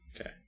Okay